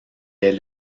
est